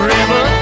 River